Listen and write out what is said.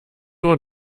uhr